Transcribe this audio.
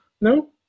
no